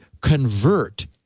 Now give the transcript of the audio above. convert